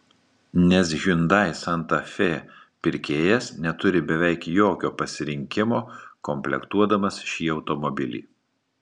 nes hyundai santa fe pirkėjas neturi beveik jokio pasirinkimo komplektuodamas šį automobilį